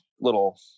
little